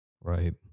right